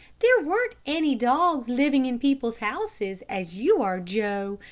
there weren't any dogs living in people's houses, as you are, joe.